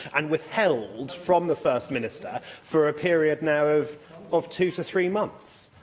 and withheld from the first minister for a period, now, of of two to three months?